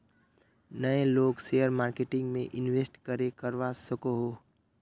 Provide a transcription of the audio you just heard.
नय लोग share marketing में इंवेस्ट करे करवा सकोहो?